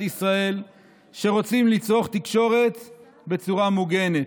ישראל שרוצים לצרוך תקשורת בצורה מוגנת,